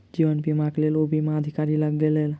जीवन बीमाक लेल ओ बीमा अधिकारी लग गेला